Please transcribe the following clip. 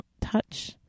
touch